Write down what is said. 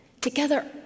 Together